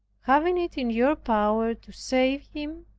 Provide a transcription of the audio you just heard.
having it in your power to save him,